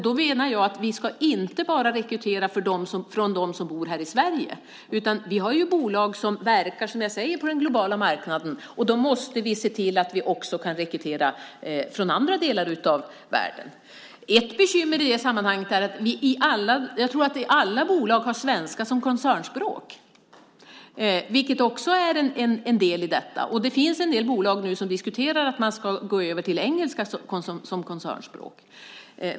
Då menar jag att vi inte bara ska rekrytera bland dem som bor här i Sverige. Vi har ju bolag som verkar på den globala marknaden, och då måste vi se till att vi också kan rekrytera från andra delar av världen. Ett bekymmer i det sammanhanget är att vi i alla bolag har svenska som koncernspråk, vilket också är en del i detta. Det finns en del bolag som nu diskuterar att gå över till engelska som koncernspråk.